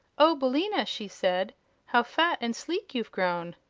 oh, billina! she said how fat and sleek you've grown.